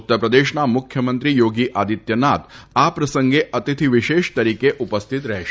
ઉત્તરપ્રદેશના મુખ્યમંત્રી યોગી આદિત્યનાથ આ પ્રસંગે અતિથિ વિશેષ તરીકે ઉપસ્થિત રહેશે